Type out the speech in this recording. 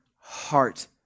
heart